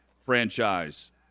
franchise